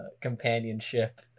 companionship